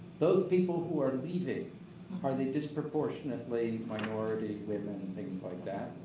those people who are leaving are the disproportionately minority women, things like that